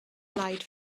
blaid